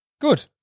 Good